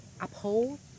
uphold